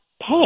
pay